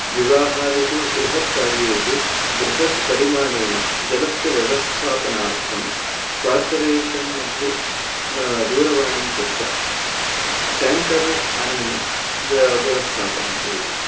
विवाहादिषु बृहत् कार्येषु बृहत् परिमाणेन जलस्य व्यवस्थापनार्थं कार्परेषन् मध्ये दूरवाणीं कृत्वा टेङ्कर् आनीय व्यवस्थापनं कुर्वन्ति